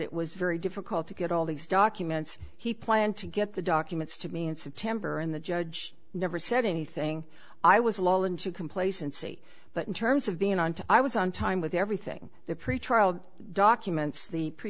it was very difficult to get all these documents he planned to get the documents to me in september and the judge never said anything i was law into complacency but in terms of being on to i was on time with everything the pretrial documents the pre